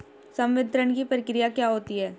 संवितरण की प्रक्रिया क्या होती है?